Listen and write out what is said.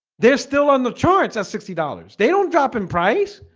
they're still on the charts at sixty dollars they don't drop in price